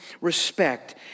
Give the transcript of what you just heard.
respect